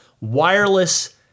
wireless